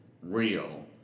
Real